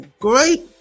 great